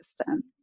system